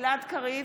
גלעד קריב,